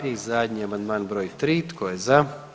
I zadnji, amandman br. 3. Tko je za?